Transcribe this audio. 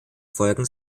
folgen